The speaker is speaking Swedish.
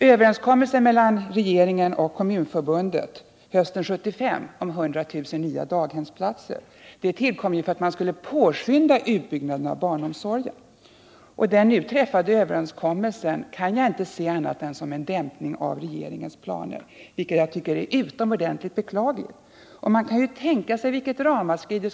Överenskommelsen mellan regeringen och Kommunförbundet hösten 1975 om 100 000 nya daghemsplatser tillkom för att påskynda utbyggnaden av barnomsorgen. Den nu träffade överenskommelsen innebär en dämpning av takten i utbyggnaden av långvårdsplatser, trots att behovet är utomordentligt stort och snabbt växande.